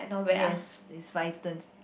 yes is five stones